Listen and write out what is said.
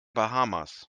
bahamas